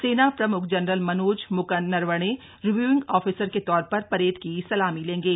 सेना प्रम्ख general Manoj Mukund Naravane reviewing officer के तौर पर परेड की सलामी लेंगे